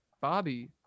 Bobby